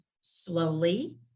slowly